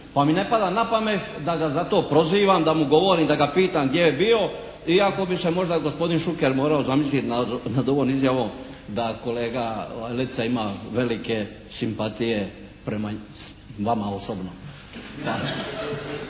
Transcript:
Pa mi ne pada na pamet da ga za to prozivam, da mu govorim, da ga pitam gdje je bio iako bi se možda gospodin Šuker morao zamisliti nad ovom izjavom da kolega Letica ima velike simpatije prema vama osobno.